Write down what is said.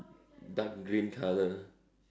dark green colour